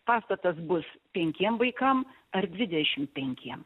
pastatas bus penkiem vaikam ar dvidešim penkiem